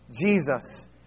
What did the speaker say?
Jesus